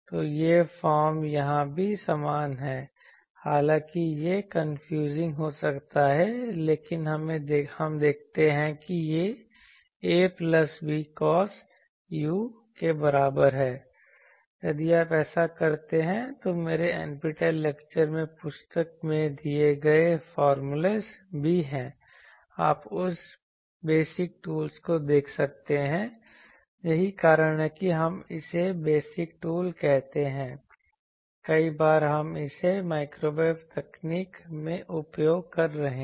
तो यह फ़ॉर्म यहां भी समान है हालांकि यह u कन्फ्यूजिंग हो सकता है लेकिन हमें देखते हैं कि a प्लस b कोस के बराबर है यदि आप ऐसा करते हैं तो मेरे NPTEL लेक्चर में पुस्तक में दिए गए फार्मूले भी हैं आप उस बेसिक टूल को देख सकते हैं यही कारण है कि हम इसे बेसिक टूल कहते हैं कई बार हम इसे माइक्रोवेव तकनीक में उपयोग कर रहे हैं